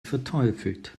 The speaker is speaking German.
verteufelt